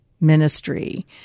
ministry